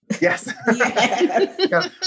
Yes